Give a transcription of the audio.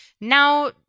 now